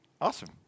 Awesome